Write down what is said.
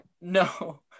No